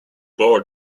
board